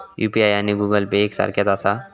UPI आणि Google Pay एक सारख्याच आसा?